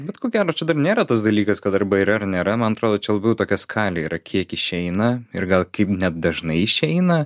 bet ko gero čia dar nėra tas dalykas kad arba yra ar nėra man atrodo čia labiau tokia skalė yra kiek išeina ir gal kaip net dažnai išeina